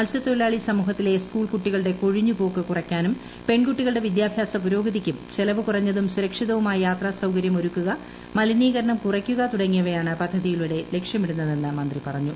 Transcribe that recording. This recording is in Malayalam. മത്സ്യത്തൊഴിലാളി സമൂഹത്തിലെ സ്കൂൾ കുട്ടികളുടെ കൊഴിഞ്ഞു പോക്ക് കുറയ്ക്കാനും പെൺകുട്ടികളുടെ വിദ്യാഭ്യാസ പുരോഗതിക്കും ചെലവ് കുറഞ്ഞതും സുരക്ഷിതവുമായ യാത്രാ സൌകര്യം ഒരുക്കുക മലിനീകരണം കുറയ്ക്കുക തുടങ്ങിയവയാണ് പദ്ധതിയിലൂടെ ലക്ഷ്യമിടുന്നതെന്ന് മന്ത്രി പറഞ്ഞു